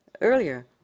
Earlier